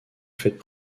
faites